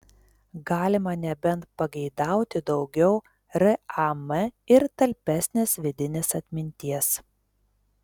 galima nebent pageidauti daugiau ram ir talpesnės vidinės atminties